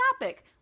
topic